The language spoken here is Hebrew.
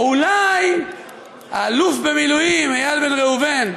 או אולי האלוף במילואים איל בן ראובן,